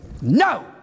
no